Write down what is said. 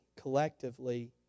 collectively